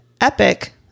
epic